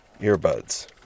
earbuds